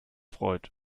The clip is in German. freut